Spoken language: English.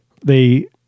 they-